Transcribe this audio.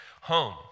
home